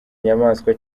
nyamaswa